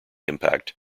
impact